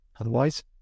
otherwise